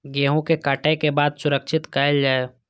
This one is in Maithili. गेहूँ के काटे के बाद सुरक्षित कायल जाय?